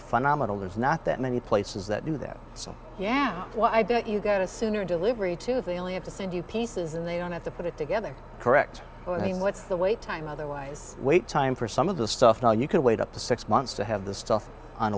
phenomenal there's not that many places that do that so yeah why don't you go to soon your delivery to they only have to send you pieces and they don't have to put it together correct but what's the wait time otherwise wait time for some of the stuff now you can wait up to six months to have the stuff on